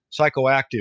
psychoactive